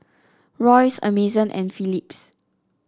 Royce Amazon and Philips